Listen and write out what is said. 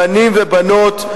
בנים ובנות,